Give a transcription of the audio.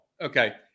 Okay